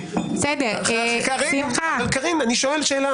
אני שואל שאלה.